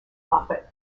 muppet